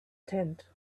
tent